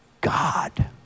God